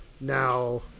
Now